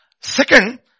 Second